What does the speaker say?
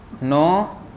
no